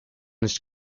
nicht